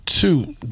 Two